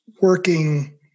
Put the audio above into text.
working